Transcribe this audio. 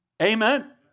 Amen